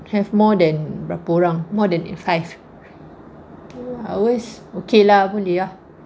have more than berapa orang more than eight five hours okay lah boleh ah